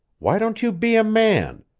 why don't you be a man,